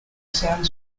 sound